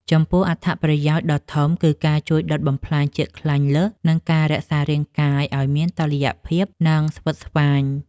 ចំពោះអត្ថប្រយោជន៍ដ៏ធំ គឺការជួយដុតបំផ្លាញជាតិខ្លាញ់លើស និងការរក្សារាងកាយឱ្យមានតុល្យភាព និងស្វិតស្វាញ។